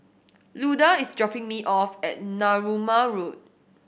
Luda is dropping me off at Narooma Road